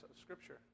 scripture